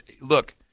look